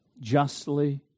justly